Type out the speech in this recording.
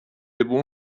بوم